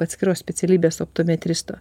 atskiros specialybės optometristo